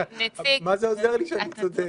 מה זה עוזר לי שאני צודק?